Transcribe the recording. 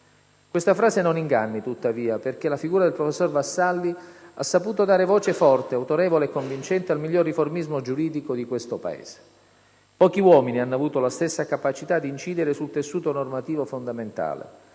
Questa frase non inganni, tuttavia, perché la figura del professor Vassalli ha saputo dare voce forte, autorevole e convincente al miglior riformismo giuridico di questo Paese. Pochi uomini hanno avuto la stessa capacità di incidere sul tessuto normativo fondamentale: